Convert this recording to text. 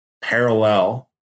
parallel